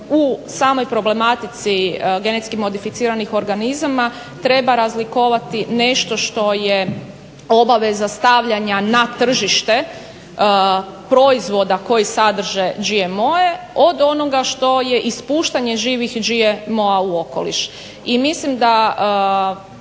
u samoj problematici genetski modificiranih organizama treba razlikovati nešto što je obaveza stavljanja na tržište proizvoda koji sadrže GMO-e od onoga što je ispuštanje živih GMO-a u okoliš. I mislim da